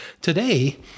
today